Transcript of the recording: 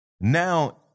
now